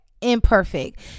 imperfect